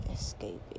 escaping